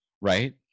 Right